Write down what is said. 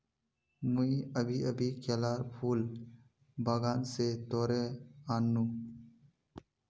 मुई अभी अभी केलार फूल बागान स तोड़े आन नु